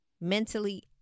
mentally